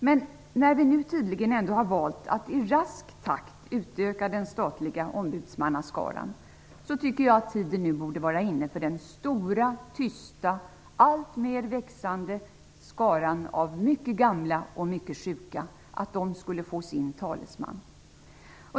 Men när vi nu tydligen ändå har valt att i rask takt utöka den statliga ombudsmannaskaran borde tiden nu vara inne för den stora, tysta, alltmer växande skaran av mycket gamla och mycket sjuka att få sin talesman.